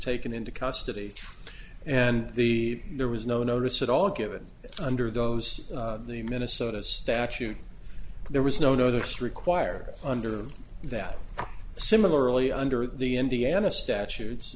taken into custody and the there was no notice at all given that under those the minnesota statute there was no no that's required under that similarly under the indiana statutes